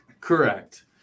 Correct